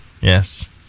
Yes